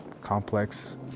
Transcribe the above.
complex